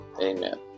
Amen